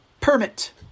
permit